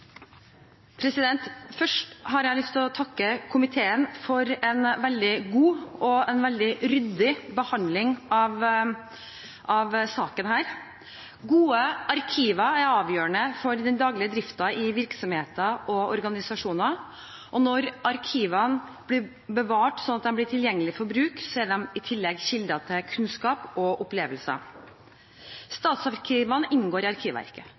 Først har jeg lyst til å takke komiteen for en veldig god og ryddig behandling av denne saken. Gode arkiver er avgjørende for den daglige driften i virksomheter og organisasjoner. Når arkivene blir bevart slik at de blir tilgjengelig for bruk, er de i tillegg kilder til kunnskap og opplevelser. Statsarkivene inngår i Arkivverket.